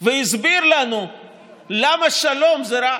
והסביר לנו למה שלום זה רע.